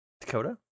Dakota